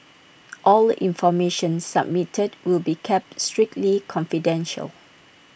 all information submitted will be kept strictly confidential